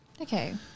Okay